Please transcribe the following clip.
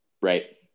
Right